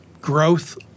growth